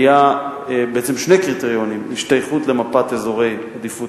היו בעצם שני קריטריונים: השתייכות למפת אזורי עדיפות